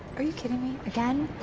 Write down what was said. are you kidding me? again?